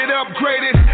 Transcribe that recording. upgraded